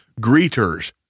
greeters